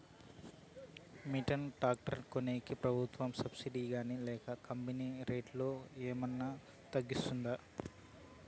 Mini tractor కొనేకి ప్రభుత్వ subsidy గాని లేక కంపెని రేటులో ఏమన్నా తగ్గిస్తుందా?